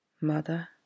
Mother